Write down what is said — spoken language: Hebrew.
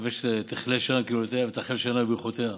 נקווה שתכלה שנה וקללותיה ותחל שנה וברכותיה,